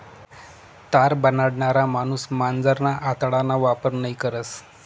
तार बनाडणारा माणूस मांजरना आतडाना वापर नयी करस